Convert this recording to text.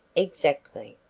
exactly,